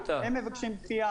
הם מבקשים דחייה,